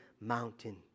mountain